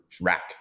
rack